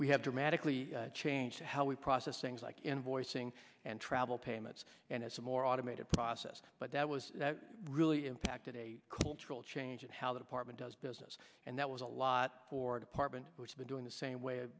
we have dramatically changed how we process things like invoicing and travel payments and it's a more automated process but that was really impacted a cultural change in how the department does business and that was a lot for a department which been doing the same way